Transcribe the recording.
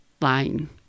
line